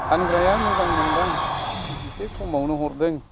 फानग्राया मोजां मोनदां एसे खमावनो हरदों